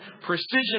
precision